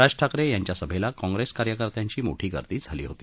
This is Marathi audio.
राज ठाकरे यांच्या या सभेला काँग्रेसच्या कार्यकर्त्यांची मोठी गर्दी झाली होती